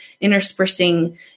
interspersing